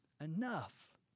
enough